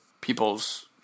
people's